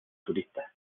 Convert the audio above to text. turistas